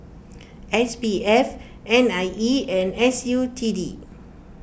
S P F N I E and S U T D